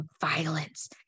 violence